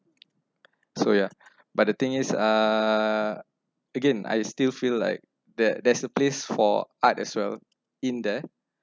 so yeah but the think is err again I still feel like there there's a place for art as well in there